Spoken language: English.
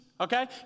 Okay